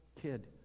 kid